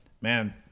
man